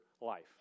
life